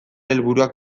helburuak